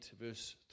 verse